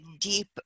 deep